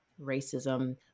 racism